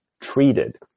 treated